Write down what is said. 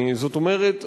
זאת אומרת,